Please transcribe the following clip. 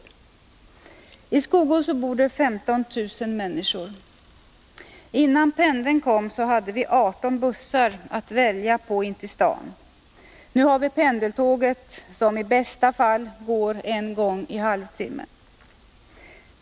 Om pendeltågstra I Skogås bor det 15 000 människor. Innan pendeln kom hade vi 18 bussar fiken i Stockatt välja på in till staden. Nu har vi pendeltåget som i bästa fall går en gång i halvtimmen.